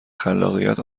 خلاقیت